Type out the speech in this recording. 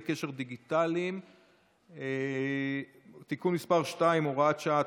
קשר דיגיטליים (תיקון מס' 2 והוראת שעה),